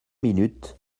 minutes